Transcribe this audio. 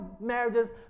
marriages